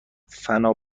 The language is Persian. فنا